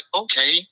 Okay